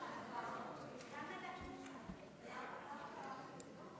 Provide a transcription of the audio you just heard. אחרונת הדוברים, חברת הכנסת ורבין.